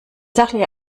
sachliche